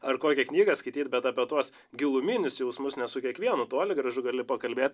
ar kokią knygą skaityt bet apie tuos giluminius jausmus ne su kiekvienu toli gražu gali pakalbėt